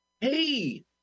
Hey